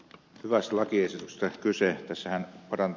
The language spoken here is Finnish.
tässä on hyvästä lakiesityksestä kyse